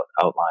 outline